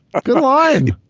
a good line.